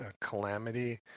Calamity